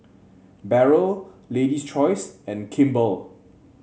Barrel Lady's Choice and Kimball